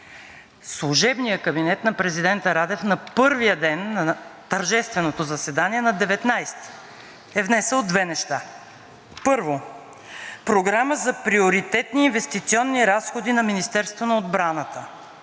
Служебният кабинет на президента Радев на първия ден, на тържественото заседание на 19-и, е внесъл две неща. Първо, Програма за приоритетни инвестиционни разходи на Министерството на отбраната,